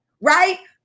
right